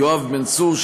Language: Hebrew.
יואב בן צור,